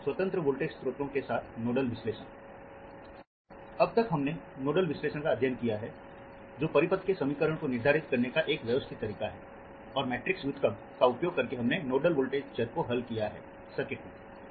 स्वतंत्र वोल्टेज स्रोतों के साथ नोडल विश्लेषण अब तक हमने नोडल विश्लेषण का अध्ययन किया हैजो परिपथ के समीकरण को निर्धारित करने का एक व्यवस्थित तरीका हैऔर मैट्रिक्स व्युत्क्रम का उपयोग करके हमने नोडल वोल्टेज चर को हल किया है सर्किट में